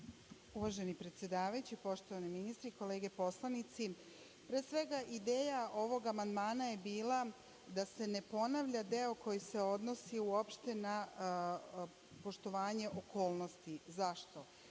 Uvaženi predsedavajući, poštovani ministri i kolege poslanici, pre svega ideja ovog amandmana je bila da se ne ponavlja deo koji se odnosi uopšte na poštovanje okolnosti. Zašto?